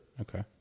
Okay